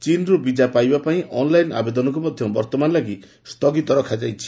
ଚୀନ୍ରୁ ବିଜା ପାଇବା ପାଇଁ ଅନ୍ଲାଇନ୍ ଆବେଦନକୁ ମଧ୍ୟ ବର୍ତ୍ତମାନ ଲାଗି ସ୍ଥଗିତ ରଖାଯାଇଛି